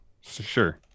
sure